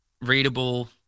readable